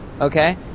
Okay